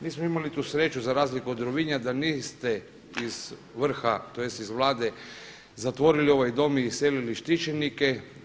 Mi smo imali tu sreću za razliku od Rovinja da niste iz vrha, tj. iz Vlade zatvorili ovaj dom i iselili štićenike.